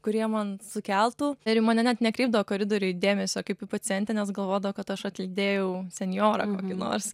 kurie man sukeltų ir į mane net nekreipdavo koridoriuj dėmesio kaip į pacientę nes galvodavo kad aš atlydėjau senjorą kokį nors